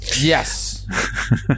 Yes